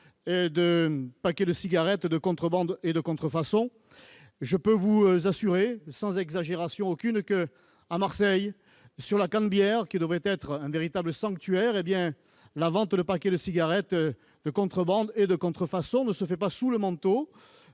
de paquets de cigarettes de contrebande et de contrefaçon. Je peux vous assurer sans exagération aucune qu'à Marseille, sur la Canebière, qui devrait être un véritable sanctuaire, la vente de paquets de cigarettes de contrebande et de contrefaçon se fait non pas sous le manteau,